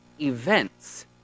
events